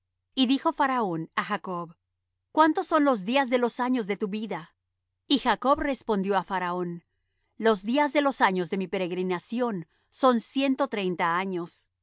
y dijo faraón á jacob cuántos son los días de los años de tu vida y jacob respondió á faraón los días de los años de mi peregrinación son ciento treinta años